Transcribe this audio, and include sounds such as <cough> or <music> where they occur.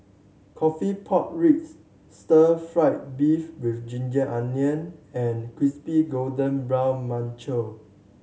coffee pork ribs stir fried beef with ginger onions and crispy golden brown <unintelligible>